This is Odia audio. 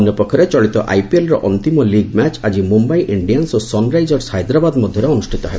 ଅନ୍ୟ ପକ୍ଷରେ ଚଳିତ ଆଇପିଏଲ୍ର ଅନ୍ତିମ ଲିଗ୍ ମ୍ୟାଚ୍ ଆଜି ମୁମ୍ୟାଇ ଇଣ୍ଡିଆନ୍ନ ଓ ସନ୍ରାଇଜର୍ସ ହାଇଦ୍ରାବାଦ୍ ମଧ୍ୟରେ ଅନୁଷ୍ଠିତ ହେବ